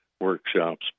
workshops